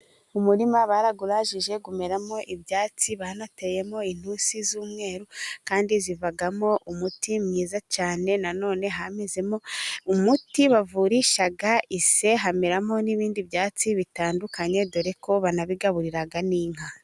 Umurima barawurajije umeramo ibyatsi, banateyemo intusi z'umweru kandi zivamo umuti mwiza cyane, nanone hamezemo umuti bavurisha ise, hameramo n'ibindi byatsi bitandukanye ,dore ko banabigaburira n'inka.